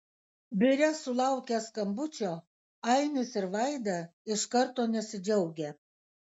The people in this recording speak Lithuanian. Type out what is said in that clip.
biure sulaukę skambučio ainis ir vaida iš karto nesidžiaugia